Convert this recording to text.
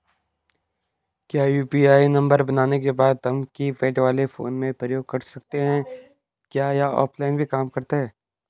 क्या UPI number बनाने के बाद हम कीपैड वाले फोन में प्रयोग कर सकते हैं क्या यह ऑफ़लाइन भी काम करता है?